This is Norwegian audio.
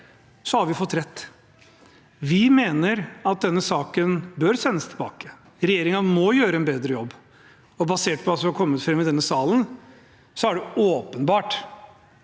har vi fått rett. Vi mener at denne saken bør sendes tilbake. Regjeringen må gjøre en bedre jobb, og basert på hva som er kommet fram i denne salen, er det åpenbart